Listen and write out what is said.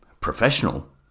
professional